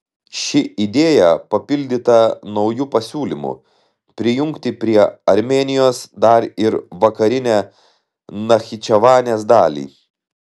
ši idėja papildyta nauju pasiūlymu prijungti prie armėnijos dar ir vakarinę nachičevanės dalį